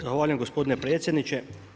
Zahvaljujem gospodine predsjedniče.